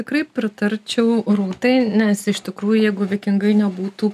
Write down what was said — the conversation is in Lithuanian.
tikrai pritarčiau rūtai nes iš tikrųjų jeigu vikingai nebūtų